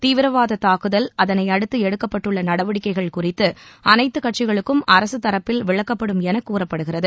தீவிரவாத தாக்குதல் அதனையடுத்து எடுக்கப்பட்டுள்ள நடவடிக்கைகள் குறித்து அனைத்து கட்சிகளுக்கும் அரசு தரப்பில் விளக்கப்படும் என கூறப்படுகிறது